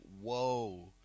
whoa